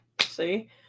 see